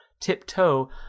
tiptoe